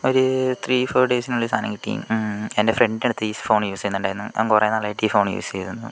ഒരു three four ഡേസിനുള്ളിൽ സാധനം കിട്ടി എൻ്റെ ഫ്രണ്ടിൻറടുത്ത് ഈ ഫോൺ യൂസ് ചെയ്യുന്നുണ്ടായിരുന്നു കുറെ നാളായിട്ട് ഈ ഫോൺ യൂസ് ചെയ്യുന്നു